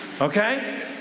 okay